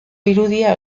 irudia